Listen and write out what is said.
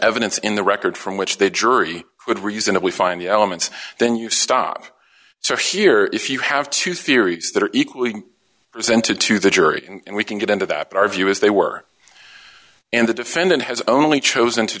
evidence in the record from which the drury could reasonably find the elements then you stop so here if you have two theories that are equally presented to the jury and we can get into that but our view is they were and the defendant has only chosen to